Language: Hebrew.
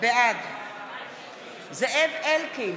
בעד זאב אלקין,